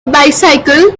bicycle